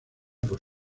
por